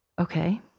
Okay